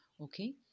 okay